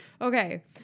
Okay